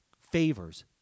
favors